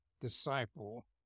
disciple